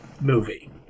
movie